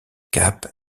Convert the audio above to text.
cap